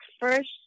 first